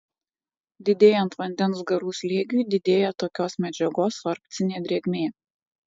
didėjant vandens garų slėgiui didėja tokios medžiagos sorbcinė drėgmė